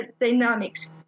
dynamics